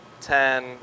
ten